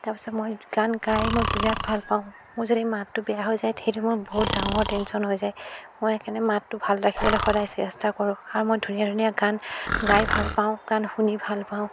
তাৰ পিছত মই গান গাই মই বিৰাট ভাল পাওঁ মোৰ যদি মাতটো বেয়া হৈ যায় সেইটো মোৰ বহুত ডাঙৰ টেনচন হৈ যায় মই সেইকাৰণে মাতটো ভাল ৰাখিবলৈ সদায় চেষ্টা কৰোঁ আৰু মই ধুনীয়া ধুনীয়া গান গাই ভাল পাওঁ গান শুনি ভাল পাওঁ